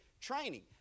training